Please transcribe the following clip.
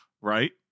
right